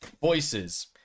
voices